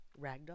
ragdoll